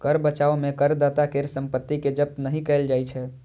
कर बचाव मे करदाता केर संपत्ति कें जब्त नहि कैल जाइ छै